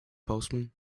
postman